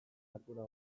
ardura